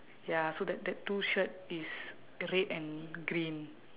ya so that that two shirt is red and green